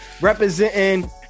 representing